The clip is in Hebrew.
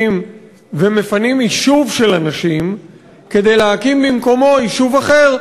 ומפנים יישוב של אנשים כדי להקים במקומו יישוב אחר,